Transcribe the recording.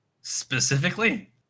Specifically